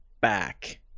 back